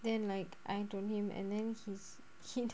then like I told him and then his hint